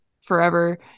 forever